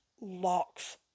locks